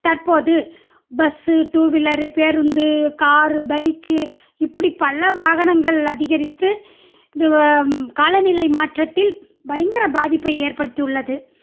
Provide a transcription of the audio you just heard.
தற்போது bus two wheeler பேருந்து car bike இப்படி பல வாகனங்கள் அதிகரித்து இது காலநிலை மாற்றத்தில் பயங்கர பாதிப்பை ஏற்படுத்தியுள்ளது